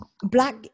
Black